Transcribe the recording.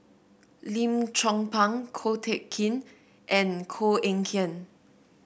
Lim Chong Pang Ko Teck Kin and Koh Eng Kian